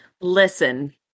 Listen